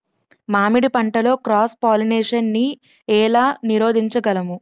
మామిడి పంటలో cross pollination నీ ఏల నీరోధించగలము?